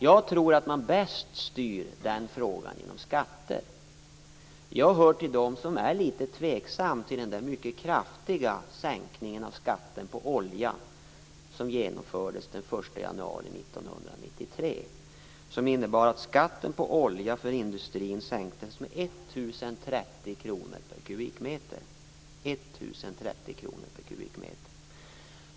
Jag tror att man bäst styr den frågan genom skatter. Jag hör till dem som är litet tveksamma till den mycket kraftiga sänkning av skatten på olja som genomfördes den 1 januari 1993. Då sänktes skatten på olja för industrin med 1 030 kr per kubikmeter.